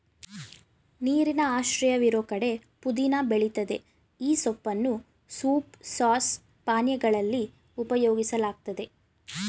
ನೀರಿನ ಆಶ್ರಯವಿರೋ ಕಡೆ ಪುದೀನ ಬೆಳಿತದೆ ಈ ಸೊಪ್ಪನ್ನು ಸೂಪ್ ಸಾಸ್ ಪಾನೀಯಗಳಲ್ಲಿ ಉಪಯೋಗಿಸಲಾಗ್ತದೆ